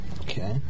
Okay